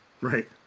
right